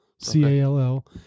C-A-L-L